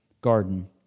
garden